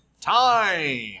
Time